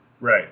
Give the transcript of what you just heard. Right